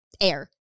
air